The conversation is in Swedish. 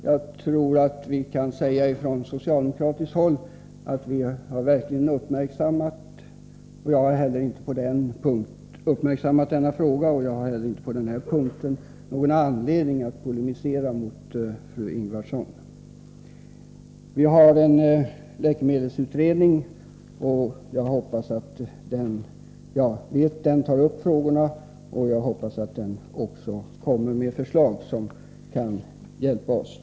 Jag tror att vi ifrån socialdemokratiskt håll kan säga att vi verkligen har uppmärksammat denna fråga, och jag har inte heller på denna punkt någon anledning att polemisera mot fru Ingvardsson. Vi har en läkemedelsutredning, som tar upp dessa frågor, och jag hoppas att den också kommer med förslag som kan hjälpa oss.